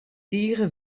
tige